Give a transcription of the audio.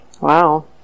Wow